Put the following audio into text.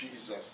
Jesus